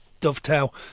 dovetail